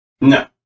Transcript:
no